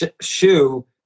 shoe